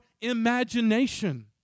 imagination